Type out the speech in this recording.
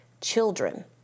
children